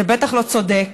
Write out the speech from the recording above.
זה בטח לא צודק.